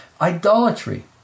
idolatry